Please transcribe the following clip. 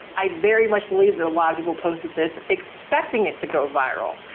i very much believe that a lot of people posted this, expecting it to go viral,